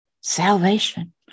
Salvation